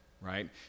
right